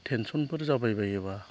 टेनसनफोर जाबायबायोब्ला